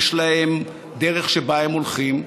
יש להם דרך שבה הם הולכים,